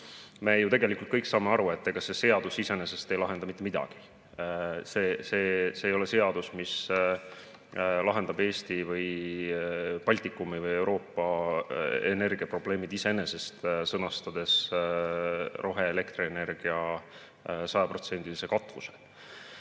ambitsioone.Me kõik saame aru, et ega see seadus iseenesest ei lahenda mitte midagi. See ei ole seadus, mis lahendab Eesti või Baltikumi või Euroopa energiaprobleemid iseenesest, sõnastades roheelektrienergia